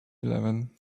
eleven